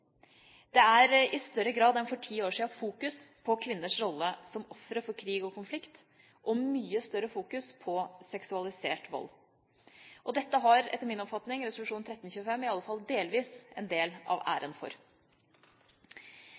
Det er i større grad enn for ti år siden fokus på kvinners rolle som ofre for krig og konflikt og mye større fokus på seksualisert vold. Dette har, etter min oppfatning, resolusjon 1325 i alle fall delvis en del av æren for.